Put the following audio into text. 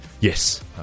Yes